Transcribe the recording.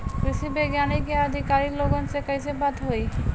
कृषि वैज्ञानिक या अधिकारी लोगन से कैसे बात होई?